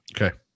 Okay